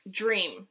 dream